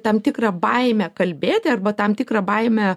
tą tikrą baimę kalbėti arba tam tikrą baimę